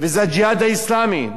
וזה "הג'יהאד האסלאמי".